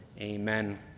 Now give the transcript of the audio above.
Amen